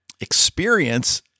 experience